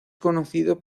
conocido